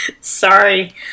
Sorry